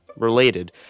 related